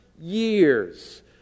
years